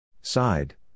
Side